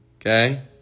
Okay